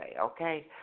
okay